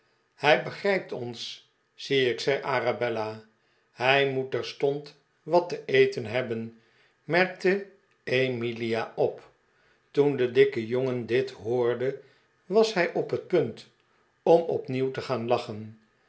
hij begrijpt ons zie ik r zei arabella hij moet terstond wat te eten hebben merkte emilia op toen de dikke jongen dit hoorde was hij op het punt om opnieuw te gaan lachen